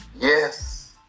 Yes